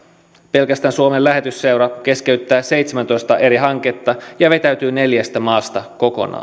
pelkästään suomen lähetysseura keskeyttää seitsemäntoista eri hanketta ja vetäytyy neljästä maasta